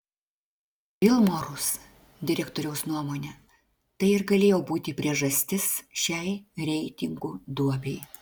vilmorus direktoriaus nuomone tai ir galėjo būti priežastis šiai reitingų duobei